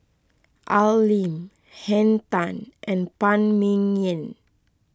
Al Lim Henn Tan and Phan Ming Yen